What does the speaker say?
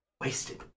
wasted